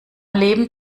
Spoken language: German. leben